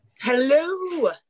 Hello